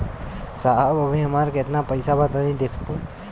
साहब अबहीं हमार कितना पइसा बा तनि देखति?